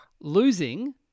losing